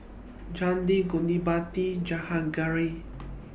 Chandi Gottipati and Jahangir